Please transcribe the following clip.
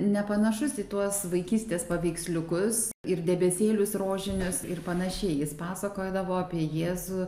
nepanašus į tuos vaikystės paveiksliukus ir debesėlius rožinius ir panašiai jis pasakodavo apie jėzų su